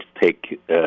take